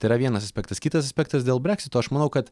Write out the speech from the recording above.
tai yra vienas aspektas kitas aspektas dėl breksito aš manau kad